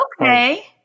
Okay